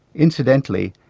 incidentally,